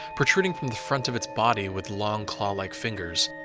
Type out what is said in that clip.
protruding from the front of its body with long claw-like fingers.